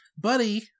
buddy